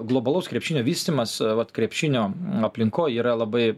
globalaus krepšinio vystymas vat krepšinio aplinkoj yra labai